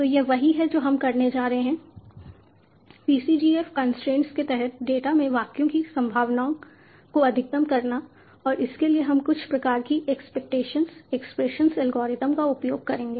तो यह वही है जो हम करने जा रहे हैं PCGF कंस्ट्रेंट्स के तहत डेटा में वाक्यों की संभावना को अधिकतम करना और इसके लिए हम कुछ प्रकार की एक्सपेक्टेशन एक्सप्रेशन एल्गोरिदम का उपयोग करेंगे